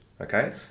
Okay